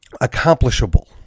accomplishable